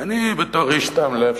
ואני בתור איש תם לב,